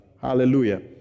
Hallelujah